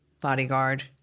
bodyguard